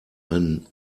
einen